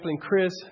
Chris